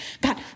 God